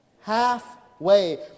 Halfway